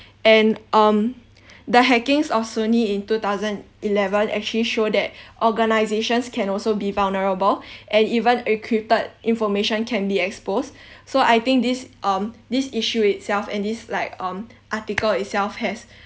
and um the hackings of sony in two thousand eleven actually show that organisations can also be vulnerable and even encrypted information can be exposed so I think this um this issue itself and this like um article itself has